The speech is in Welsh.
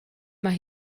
mae